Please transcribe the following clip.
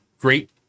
great